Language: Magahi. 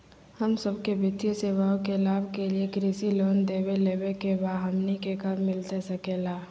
हम सबके वित्तीय सेवाएं के लाभ के लिए कृषि लोन देवे लेवे का बा, हमनी के कब मिलता सके ला?